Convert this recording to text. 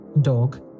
Dog